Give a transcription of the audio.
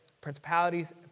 Principalities